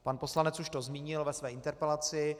Pan poslanec už to zmínil ve své interpelaci.